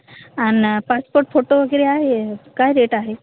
अन् passport photo वगैरे आहे काय रेट आहे